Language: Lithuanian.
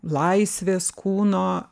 laisvės kūno